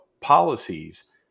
policies